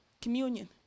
communion